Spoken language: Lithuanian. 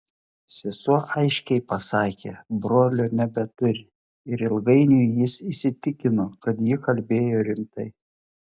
sesuo aiškiai pasakė brolio nebeturi ir ilgainiui jis įsitikino kad ji kalbėjo rimtai